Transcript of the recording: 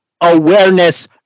awareness